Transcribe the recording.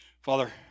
Father